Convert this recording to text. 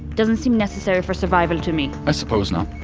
doesn't seem necessary for survival to me i suppose not.